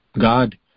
God